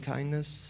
Kindness